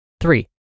Three